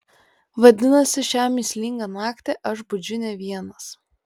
vadinasi šią mįslingą naktį aš budžiu ne vienas